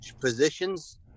positions